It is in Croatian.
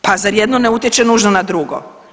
Pa zar jedno ne utječe nužno na drugo?